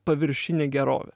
paviršinė gerovė